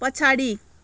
पछाडि